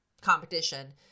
competition